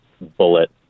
bullet